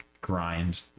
grind